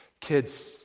Kids